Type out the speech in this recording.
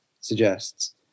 suggests